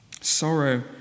Sorrow